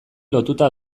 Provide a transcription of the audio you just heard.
lotuta